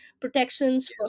protections